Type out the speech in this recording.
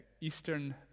Eastern